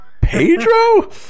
Pedro